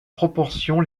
proportion